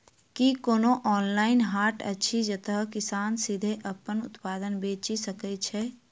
की कोनो ऑनलाइन हाट अछि जतह किसान सीधे अप्पन उत्पाद बेचि सके छै?